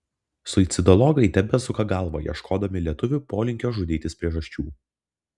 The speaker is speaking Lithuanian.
suicidologai tebesuka galvą ieškodami lietuvių polinkio žudytis priežasčių